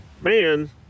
man